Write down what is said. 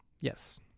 Yes